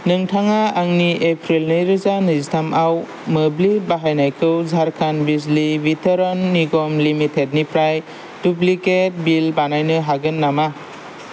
नोंथाङा आंनि एप्रिल नैरोजा नैजिथामआव मोब्लिब बाहायनायखौ झारखान्ड बिजन निगम लिमिटेडनिफ्राय डुप्लिकेट बिल बानायनो हागोन नामा